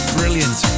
brilliant